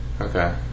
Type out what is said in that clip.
Okay